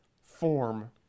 form